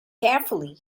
carefully